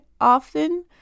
often